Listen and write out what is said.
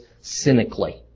cynically